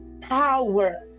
power